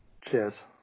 Cheers